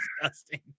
disgusting